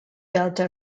delta